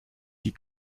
die